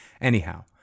Anyhow